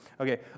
Okay